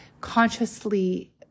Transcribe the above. consciously